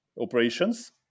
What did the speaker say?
operations